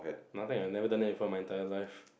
nothing I never done it for my entire life